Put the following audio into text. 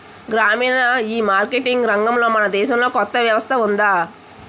గ్రామీణ ఈమార్కెటింగ్ రంగంలో మన దేశంలో కొత్త వ్యవస్థ ఉందా?